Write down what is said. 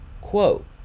Quote